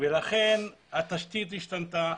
לכן התשתית השתנתה,